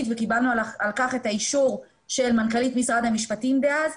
וקיבלנו על כך את האישור של מנכ"לית משרד המשפטים דאז,